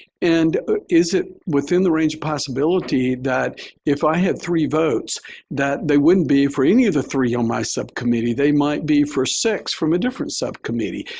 and is it within the range of possibility that if i had three votes that they wouldn't be for any of the three on my subcommittee, they might be for six from a different subcommittee?